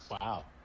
Wow